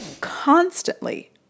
constantly